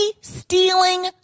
stealing